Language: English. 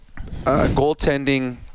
goaltending